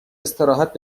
استراحت